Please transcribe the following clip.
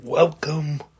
Welcome